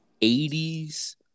80s